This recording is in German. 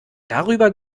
darüber